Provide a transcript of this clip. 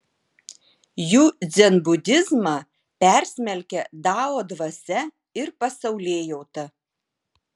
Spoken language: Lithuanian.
jų dzenbudizmą persmelkia dao dvasia ir pasaulėjauta